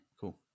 cool